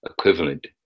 equivalent